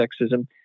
sexism